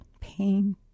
pain